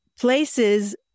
places